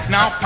Now